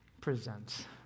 presents